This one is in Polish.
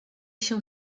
się